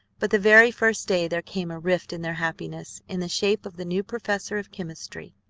but the very first day there came a rift in their happiness in the shape of the new professor of chemistry,